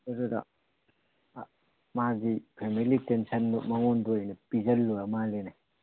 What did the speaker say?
ꯑꯗꯨꯗ ꯃꯥꯒꯤ ꯐꯦꯃꯂꯤ ꯇꯦꯟꯁꯟꯗꯨ ꯃꯉꯣꯟꯗ ꯑꯣꯏꯅ ꯄꯤꯖꯜꯂꯨꯔ ꯃꯥꯜꯂꯦꯅꯦ